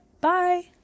Bye